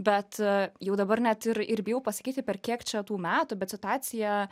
bet jau dabar net ir ir bijau pasakyti per kiek čia tų metų bet situacija